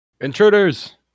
Intruders